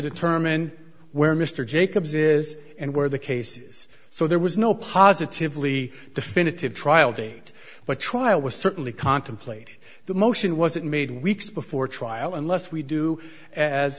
determine where mr jacobs is and where the cases so there was no positively definitive trial date but trial was certainly contemplated the motion wasn't made weeks before trial unless we do as